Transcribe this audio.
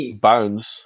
bones